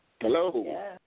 Hello